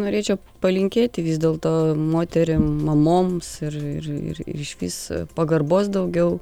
norėčiau palinkėti vis dėlto moterim mamoms ir išvis pagarbos daugiau